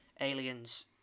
aliens